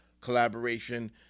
collaboration